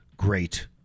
great